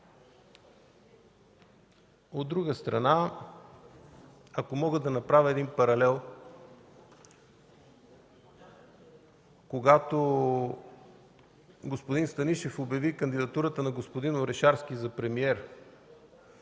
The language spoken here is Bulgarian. От друга страна, ако мога да направя един паралел. Когато господин Станишев обяви кандидатурата на господин Орешарски за премиер,